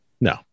No